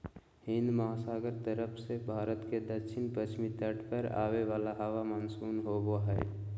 हिन्दमहासागर तरफ से भारत के दक्षिण पश्चिम तट पर आवे वाला हवा मानसून होबा हइ